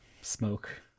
smoke